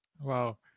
Wow